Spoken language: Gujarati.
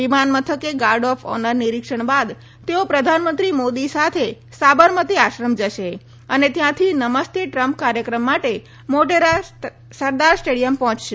વિમાનમથકે ગાર્ડ ઓફ ઓનર નિરીક્ષણ બાદ તેઓ પ્રધાનમંત્રી મોદી સાથે સાબરમતિ આશ્રમ જશે અને ત્યાંથી નમસ્તે ટ્રમ્પ કાર્યક્રમ માટે મોટેરા સરદાર સ્ટેડિયમ પહોંચશે